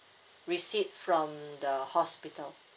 receipt from the hospital